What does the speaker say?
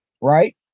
right